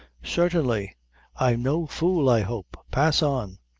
certainly i'm no fool, i hope. pass on.